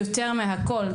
יותר מהכול,